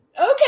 Okay